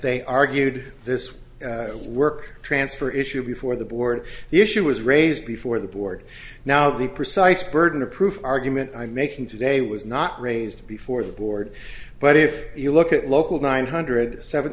they argued this work transfer issue before the board the issue was raised before the board now the precise burden of proof argument i'm making today was not raised before the board but if you look at local nine hundred seven